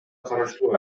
караштуу